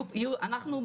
אנחנו,